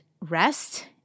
rest